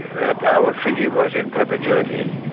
that our treaty was in perpetuity,